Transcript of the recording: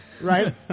Right